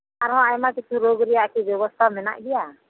ᱟᱨᱦᱚᱸ ᱟᱭᱢᱟ ᱠᱤᱪᱷᱩ ᱨᱳᱜᱽ ᱨᱮᱭᱟᱜ ᱠᱤ ᱵᱮᱵᱚᱥᱛᱟ ᱢᱮᱱᱟᱜ ᱜᱮᱭᱟ